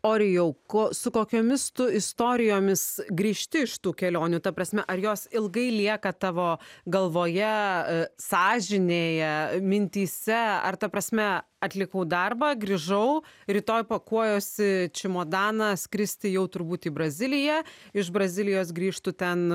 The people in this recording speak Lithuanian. orijau ko su kokiomis tu istorijomis grįžti iš tų kelionių ta prasme ar jos ilgai lieka tavo galvoje sąžinėje mintyse ar ta prasme atlikau darbą grįžau rytoj pakuojuosi čimodaną skristi jau turbūt į braziliją iš brazilijos grįžtu ten